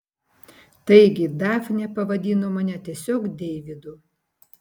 taigi dafnė pavadino mane tiesiog deividu